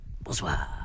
Bonsoir